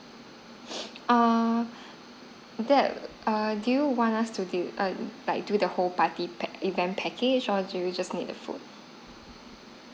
err that err do you want us do err like do the whole party pack~ event package or do you just need the food